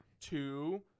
Two